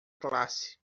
classe